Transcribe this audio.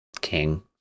king